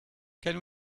can